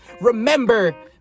remember